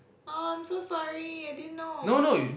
um so sorry I didn't know